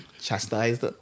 chastised